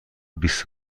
بیست